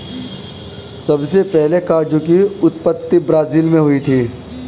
सबसे पहले काजू की उत्पत्ति ब्राज़ील मैं हुई थी